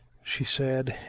she said,